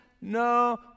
no